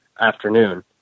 afternoon